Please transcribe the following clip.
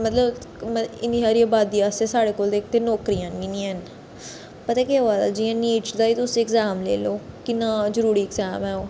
मतलब मतलब इन्नी हारी अबादी असें साढ़े कोल इक ते नौकरियां बी नी हैन पता केह होआ दा जियां नीटस दा गै तुस इग्जाम लेई लैओ किन्ना जरूरी इग्जाम ऐ ओह्